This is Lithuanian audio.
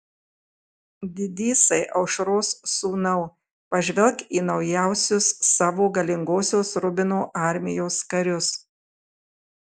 didysai aušros sūnau pažvelk į naujausius savo galingosios rubino armijos karius